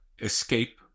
escape